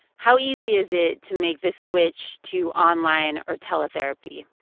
how easy is it to make the switch to online or teletherapy?